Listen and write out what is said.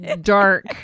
dark